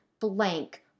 blank